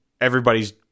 Everybody's